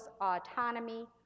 autonomy